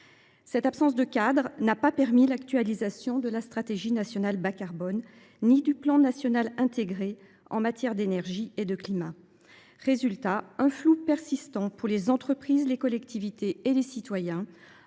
Cette absence de cadre n’a permis l’actualisation ni de la stratégie nationale bas carbone (SNBC) ni du plan national intégré énergie climat (Pniec). Résultat : un flou persistant pour les entreprises, les collectivités et les citoyens,